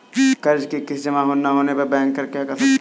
कर्ज कि किश्त जमा नहीं होने पर बैंकर क्या कर सकते हैं?